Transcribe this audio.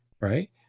right